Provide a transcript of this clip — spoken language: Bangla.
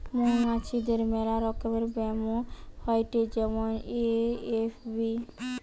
মৌমাছিদের মেলা রকমের ব্যামো হয়েটে যেমন এ.এফ.বি